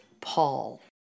Paul